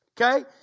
Okay